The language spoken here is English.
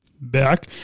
back